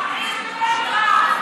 איזה קונטרה?